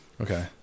okay